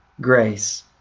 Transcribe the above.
grace